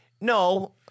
No